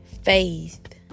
Faith